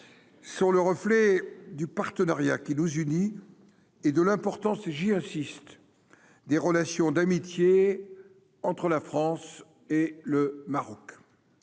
sur le reflet du partenariat qui nous unit et de l'importance, et j'y insiste, des relations d'amitié entre la France et le Maroc,